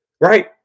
right